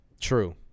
True